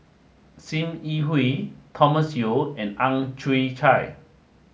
Sim Yi Hui Thomas Yeo and Ang Chwee Chai